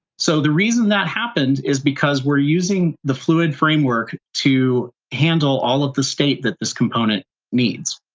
so the reason that happened is because we're using the fluid framework to handle all of the state that this component needs.